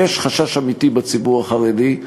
יש חשש אמיתי בציבור החרדי.